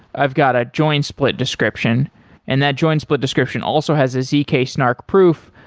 i've got a join split description and that join split description also has a zk-snark proof.